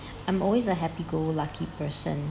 I'm always a happy go lucky person